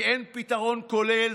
כי אין פתרון כולל.